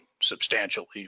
substantially